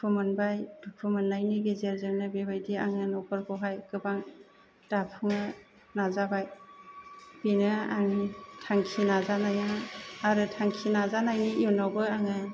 दुखु मोनबाय दुखु मोननायनि गेजेरजोंनो बेबायदि आङो नखरखौहाय गोबां दाफुंनो नाजाबाय बेनो आंनि थांखि नाजानाया आरो थांखि नाजानायनि उनावबो आङो